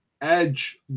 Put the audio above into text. Edge